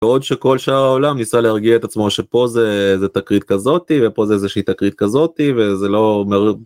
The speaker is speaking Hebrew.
עוד שכל שעה העולם ניסה להרגיע את עצמו שפה זה תקרית כזאת ופה זה שני תקרית כזאת וזה לא אומר